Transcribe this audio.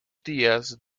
días